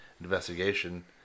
investigation